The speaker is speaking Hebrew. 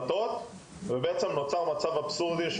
בהחלטות.״ לכן נוצר מצב אבסורדי,